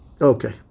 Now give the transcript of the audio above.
Okay